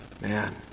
Man